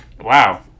Wow